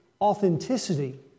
authenticity